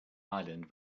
island